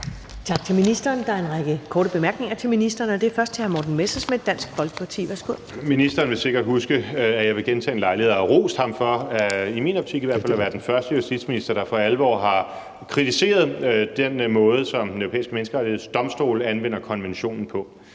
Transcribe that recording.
Tak til ministeren. Der er en række korte bemærkninger til ministeren, og det er først fra hr. Morten Messerschmidt, Dansk Folkeparti. Værsgo. Kl. 12:32 Morten Messerschmidt (DF): Ministeren vil sikkert huske, at jeg ved gentagne lejligheder har rost ham for – i hvert fald i min optik – at være den første justitsminister, der for alvor har kritiseret den måde, som Den Europæiske Menneskerettighedsdomstol anvender konventionen på.